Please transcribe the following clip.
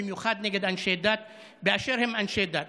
במיוחד נגד אנשי דת באשר הם אנשי דת